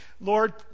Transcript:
Lord